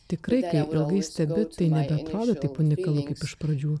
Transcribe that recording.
tikrai kai ilgai stebi tai nebeatrodo taip unikalu kaip iš pradžių